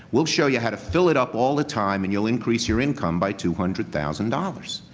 we'll show you how to fill it up all the time and you'll increase your income by two hundred thousand dollars.